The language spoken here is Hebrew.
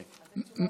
תשובה,